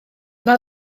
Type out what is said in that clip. yna